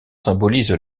symbolise